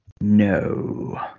no